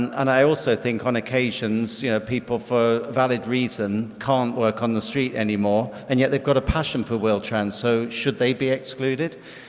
and i also think on occasions, you know people for a valid reason can't work on the street anymore and yet they've got a passion for wheel-trans, so should they be excluded?